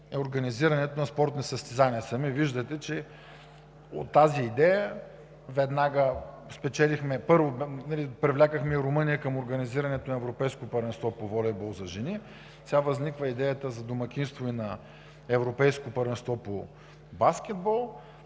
организирането на спортни състезания. Сами виждате, че от идеята веднага спечелихме. Първо привлякохме Румъния към организирането на Европейско първенство по волейбол за жени, сега възниква идеята за домакинство и на Европейско първенство по баскетбол,